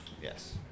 Yes